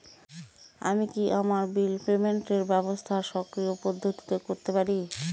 আমি কি আমার বিল পেমেন্টের ব্যবস্থা স্বকীয় পদ্ধতিতে করতে পারি?